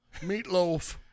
Meatloaf